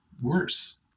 worse